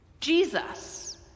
Jesus